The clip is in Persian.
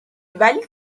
ولی